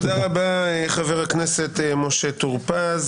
תודה רבה, חבר הכנסת משה טור פז.